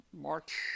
March